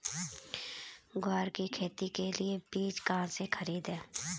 ग्वार की खेती के लिए बीज कहाँ से खरीदने हैं?